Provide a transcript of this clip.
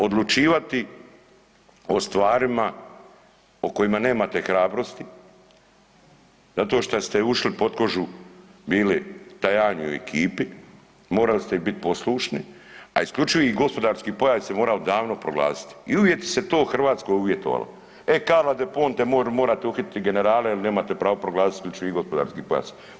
Odlučivati o stvarima o kojima nemate hrabrosti zato šta ste ušli pod kožu bili Tajaniju i ekipi, morali ste i bit poslušni, a isključivi gospodarski pojas se morao davno proglasiti i uvijek se to Hrvatskoj uvjetovalo, e Carla Del Ponte morate uhititi generale jer nemate proglasiti isključivi gospodarski pojas.